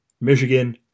Michigan